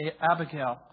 Abigail